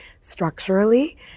structurally